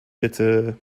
bitte